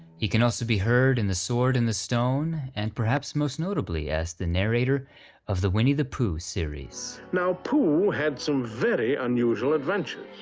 he can also be heard in the sword in the stone, and perhaps most notably, as the narrator of the winnie the pooh series. now pooh had some very unusual adventures,